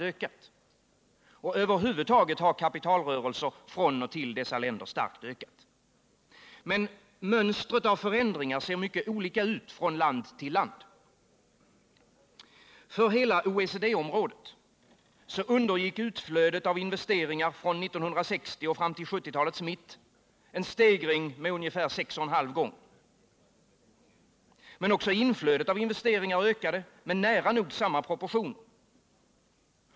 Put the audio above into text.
Över huvud taget har kapitalrörelser från och till dessa länder starkt ökat. Men mönstret av förändringar ser mycket olika ut från land till land. För hela OECD-området undergick utflödet av investeringar från 1960 och fram till 1970-talets mitt en stegring med ungefär sex och en halv gång. Men också inflödet av investeringar ökade med nära nog samma proportion.